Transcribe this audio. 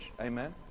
amen